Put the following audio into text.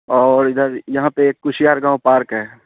اور ادھر یہاں پہ ایک کشیار گاؤں پارک ہے